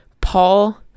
Paul